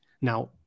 Now